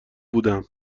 بودم